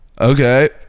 okay